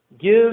Give